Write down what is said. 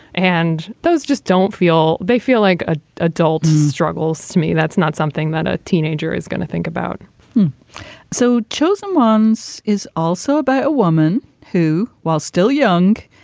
and those just don't feel they feel like a adults struggles. to me, that's not something that a teenager is going to think about so chosen ones is also about a woman who, while still young,